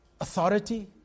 authority